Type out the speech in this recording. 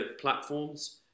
platforms